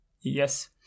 Yes